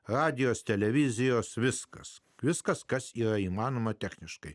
radijo televizijos viskas viskas kas yra įmanoma techniškai